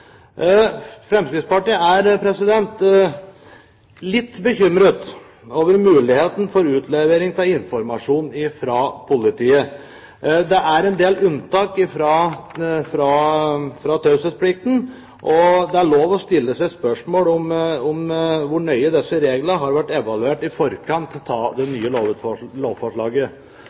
Fremskrittspartiet er litt bekymret over muligheten for utlevering av informasjon fra politiet. Det er en del unntak fra taushetsplikten, og det er lov å stille seg spørsmål om hvor nøye disse reglene har vært evaluert i forkant av det nye lovforslaget.